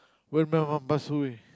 when my mom pass away